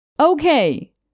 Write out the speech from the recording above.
Okay